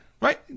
right